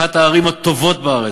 אחת הערים הטובות בארץ,